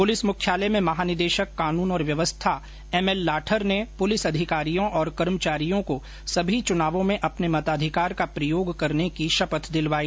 police मुख्यालय में महानिदेशक कानून और व्यवस्था श्री एमएल लाठर ने पुलिस अधिकारियों और कर्मचारियों को सभी चुनावों में अपने मताधिकार का प्रयोग करने की शपथ दिलवाई